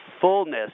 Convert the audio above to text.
fullness